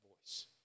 voice